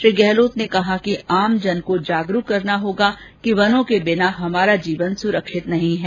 श्री गहलोत ने कहा कि आमजन को जागरूक करना होगा कि वनों के बिना हमारा जीवन सुरक्षित नहीं है